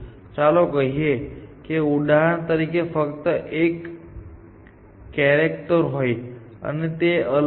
ચાલો કહીએ કે ઉદાહરણ તરીકે ફક્ત એક કેરેક્ટર હોય અને તે અલગ છે